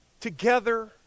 together